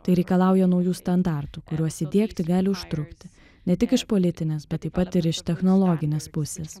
tai reikalauja naujų standartų kuriuos įdiegti gali užtrukti ne tik iš politinės bet taip pat ir iš technologinės pusės